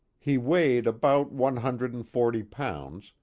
he weighed about one hundred and forty pounds,